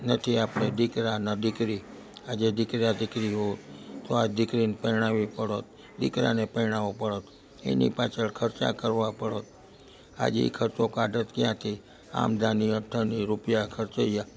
નથી આપણે દીકરા ન દીકરી આજે દીકરા દીકરીઓ તો આજ દીકરીને પરણાવવી પડતે દીકરાને પરણાવવો પડતે એની પાછળ ખર્ચા કરવા પડતે આજે એ ખર્ચો કાઢતે ક્યાંથી આમદની અઠન્ની રૂપિયા ખર્ચઇયાં